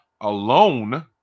alone